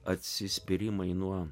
atsispyrimai nuo